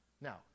Now